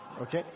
Okay